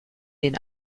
den